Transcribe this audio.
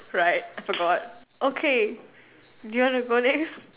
right I forgot okay do you want to go next